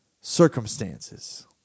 circumstances